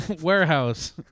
Warehouse